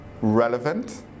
relevant